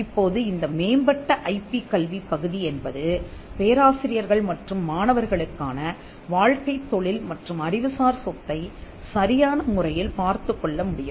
இப்போது இந்த மேம்பட்ட ஐபி கல்வி பகுதி என்பது பேராசிரியர்கள் மற்றும் மாணவர்களுக்கான வாழ்க்கைத் தொழில் மற்றும் அறிவுசார் சொத்தை சரியான முறையில் பார்த்துக் கொள்ள முடியும்